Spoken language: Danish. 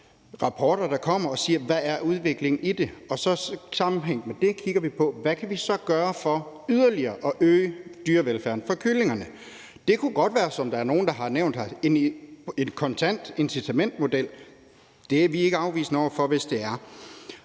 rapporter, der kommer, og spørger, hvad der er udviklingen i det, og i den sammenhæng kigger vi så på, hvad vi kan gøre for yderligere at øge dyrevelfærden for kyllingerne, og det kunne, som der også er nogle, der har nævnt her, godt være en kontant incitamentsmodel, og det er vi ikke afvisende over for, hvis det er.